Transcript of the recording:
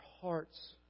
hearts